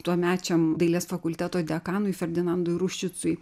tuomečiam dailės fakulteto dekanui ferdinandui ruščicui